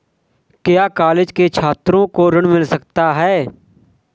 क्या कॉलेज के छात्रो को ऋण मिल सकता है?